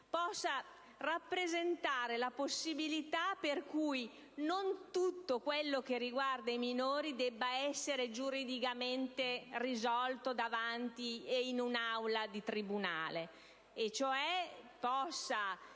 possa rappresentare una possibilità affinché non tutto quello che riguarda i minori debba essere giuridicamente risolto in un'aula di tribunale.